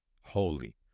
holy